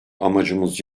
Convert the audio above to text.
amacımız